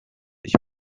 ich